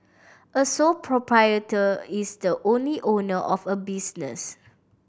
a sole proprietor is the only owner of a business